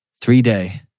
three-day